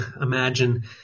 imagine